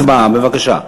הצבעה, בבקשה.